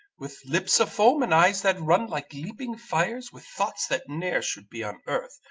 with lips a-foam and eyes that run like leaping fire, with thoughts that ne'er should be on earth,